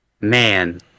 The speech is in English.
Man